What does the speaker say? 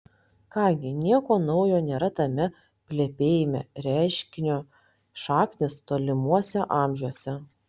ką gi nieko naujo nėra tame plepėjime reiškinio šaknys tolimuose amžiuose